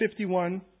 51